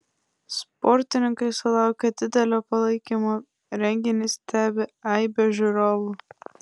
sportininkai sulaukia didelio palaikymo renginį stebi aibė žiūrovų